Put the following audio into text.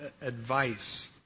advice